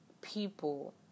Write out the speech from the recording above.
people